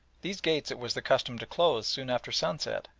these gates it was the custom to close soon after sunset,